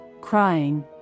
crying